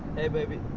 hey baby.